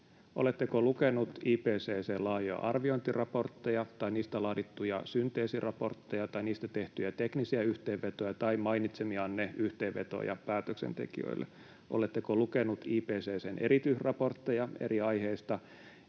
Oletteko lukenut IPCC:n laajoja arviointiraportteja tai niistä laadittuja synteesiraportteja tai niistä tehtyjä teknisiä yhteenvetoja tai mainitsemianne yhteenvetoja päätöksentekijöille? Oletteko lukenut IPCC:n erityisraportteja eri aiheista?